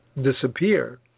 disappear